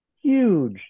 huge